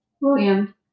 William